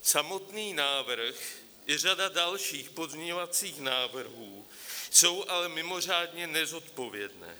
Samotný návrh i řada dalších pozměňovacích návrhů jsou ale mimořádně nezodpovědné.